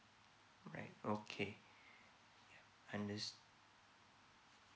alright okay unders~